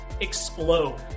explode